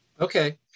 Okay